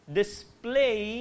display